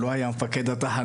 הוא לא היה אז מפקד התחנה.